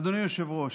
אדוני היושב-ראש,